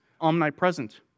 omnipresent